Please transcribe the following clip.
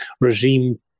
regime